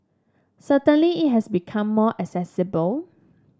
certainly it has become more accessible